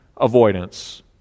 avoidance